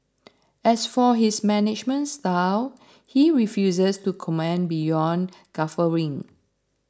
as for his management style he refuses to comment beyond guffawing